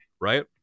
right